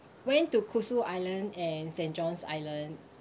went to kusu island and saint john's island